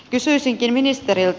kysyisinkin ministeriltä